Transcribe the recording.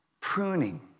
Pruning